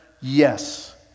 Yes